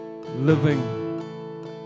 living